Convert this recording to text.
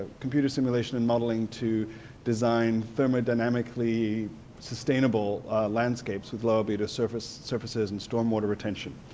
computer simulation and modeling to design thermodynamically sustainable landscapes with low albedo surfaces surfaces and storm water retention,